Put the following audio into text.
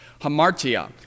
hamartia